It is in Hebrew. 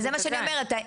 זה בז"ן.